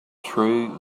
true